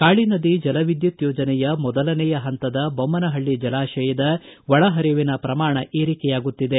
ಕಾಳಿ ನದಿ ಜಲ ವಿದ್ದುತ್ ಯೋಜನೆಯ ಮೊದಲನೆಯ ಹಂತದ ಬೊಮ್ಮನಹಳ್ಳಿ ಜಲಾಶಯದ ಒಳಹರಿವಿನ ಪ್ರಮಾಣ ಏರಿಕೆಯಾಗುತ್ತಿದೆ